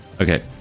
Okay